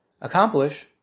accomplish